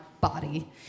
body